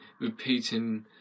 repeating